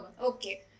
Okay